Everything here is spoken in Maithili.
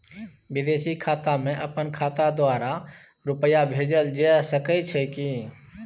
विदेशी खाता में अपन खाता द्वारा रुपिया भेजल जे सके छै की?